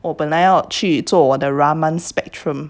我本来要去做我的 raman spectrum